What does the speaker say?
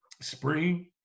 spring